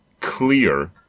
clear